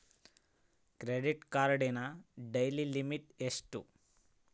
Credit ಕಾರ್ಡಿನ daily limit ಎಷ್ಟು?